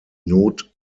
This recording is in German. not